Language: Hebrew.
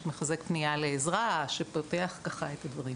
שמחזק פנייה לעזרה ושפותח ככה את הדברים.